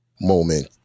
moment